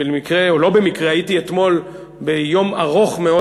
במקרה או שלא במקרה הייתי אתמול ביום ארוך מאוד,